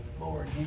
Lord